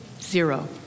zero